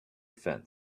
fence